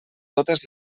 totes